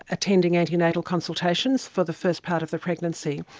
attending antenatal consultations for the first part of the pregnancy.